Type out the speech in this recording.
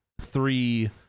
three